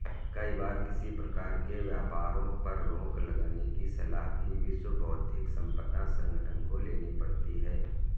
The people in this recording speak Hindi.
कई बार किसी प्रकार के व्यापारों पर रोक लगाने की सलाह भी विश्व बौद्धिक संपदा संगठन को लेनी पड़ती है